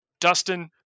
Dustin